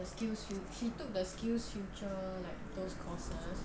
the skillsfu~ she took the skillsfuture like those courses